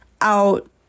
out